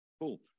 cool